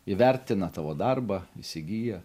įvertina tavo darbą įsigyja